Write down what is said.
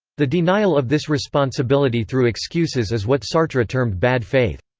the denial of this responsibility through excuses is what sartre termed bad faith.